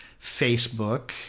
facebook